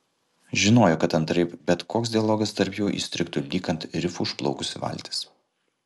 žinojo kad antraip bet koks dialogas tarp jų įstrigtų lyg ant rifų užplaukusi valtis